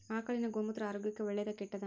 ಆಕಳಿನ ಗೋಮೂತ್ರ ಆರೋಗ್ಯಕ್ಕ ಒಳ್ಳೆದಾ ಕೆಟ್ಟದಾ?